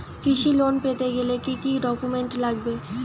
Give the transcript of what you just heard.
কৃষি লোন পেতে গেলে কি কি ডকুমেন্ট লাগবে?